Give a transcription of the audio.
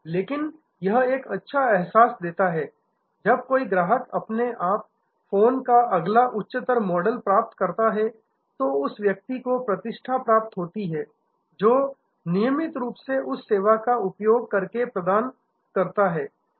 लेकिन यह एक अच्छा एहसास देता है कि जब कोई ग्राहक अपने आप फोन का अगला उच्चतर मॉडल प्राप्त करता है तो उस व्यक्ति को प्रतिष्ठा प्राप्त होती है जो नियमित रूप से उस सेवा का उपयोग करके प्रदान करता है